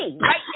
right